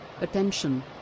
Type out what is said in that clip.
Attention